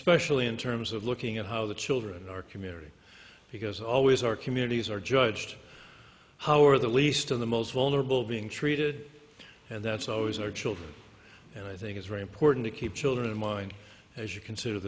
especially in terms of looking at how the children in our community because always our communities are judged how are the least of the most vulnerable being treated and that's always our children and i think it's very important to keep children in mind as you consider